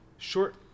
Short